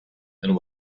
and